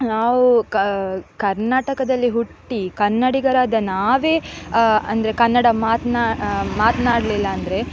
ನಾವು ಕರ್ನಾಟಕದಲ್ಲಿ ಹುಟ್ಟಿ ಕನ್ನಡಿಗರಾದ ನಾವೇ ಅಂದರೆ ಕನ್ನಡ ಮಾತನಾ ಮಾತನಾಡ್ಲಿಲ್ಲಂದ್ರೆ